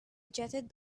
jetted